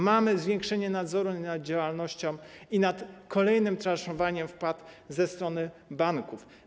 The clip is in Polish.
Mamy zwiększenie nadzoru nad działalnością i nad kolejnym transzowaniem wpłat ze strony banków.